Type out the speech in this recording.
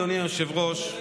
אדוני היושב-ראש,